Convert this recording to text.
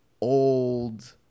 old